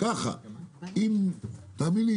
תאמין לי,